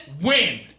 win